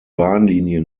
bahnlinie